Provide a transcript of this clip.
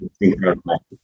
incredible